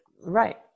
right